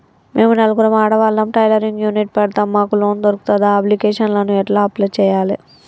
మేము నలుగురం ఆడవాళ్ళం టైలరింగ్ యూనిట్ పెడతం మాకు లోన్ దొర్కుతదా? అప్లికేషన్లను ఎట్ల అప్లయ్ చేయాలే?